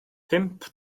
pump